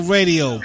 Radio